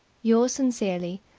yours sincerely,